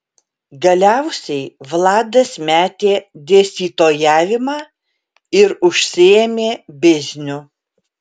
galiausiai vladas metė dėstytojavimą ir užsiėmė bizniu